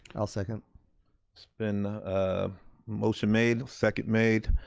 i'll second it's been a motion made, second made.